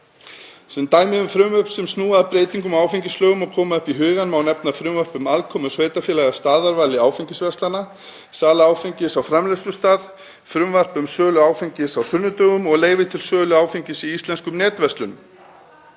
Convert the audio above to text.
Sem dæmi um frumvörp sem snúa að breytingum á áfengislögum og koma upp í hugann má nefna frumvarp um aðkomu sveitarfélaga að staðarvali áfengisverslana, sala áfengis á framleiðslustað, frumvarp um sölu áfengis á sunnudögum og leyfi til sölu áfengis í íslenskum netverslunum.